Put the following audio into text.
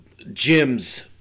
gyms